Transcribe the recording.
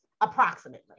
approximately